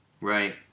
Right